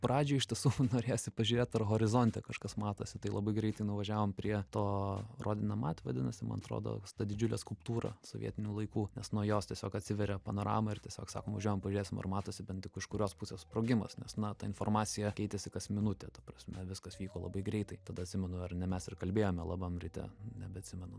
pradžioj iš tiesų norėjosi pažiūrėt ar horizonte kažkas matosi tai labai greitai nuvažiavom prie to rodinamat vadinasi man atrodo ta didžiulė skulptūra sovietinių laikų nes nuo jos tiesiog atsiveria panorama ir tiesiog sakom važiuojam pažiūrėsim ar matosi bent iš kurios pusės sprogimas nes na ta informacija keitėsi kas minutę ta prasme viskas vyko labai greitai tada atsimenu ar ne mes ir kalbėjome labam ryte nebeatsimenu